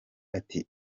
ati